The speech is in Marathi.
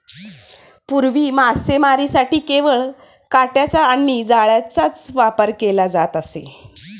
पूर्वी मासेमारीसाठी केवळ काटयांचा आणि जाळ्यांचाच वापर केला जात असे